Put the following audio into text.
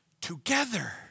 together